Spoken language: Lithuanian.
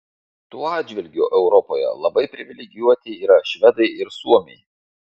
tuo atžvilgiu europoje labai privilegijuoti yra švedai ir suomiai